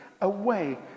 away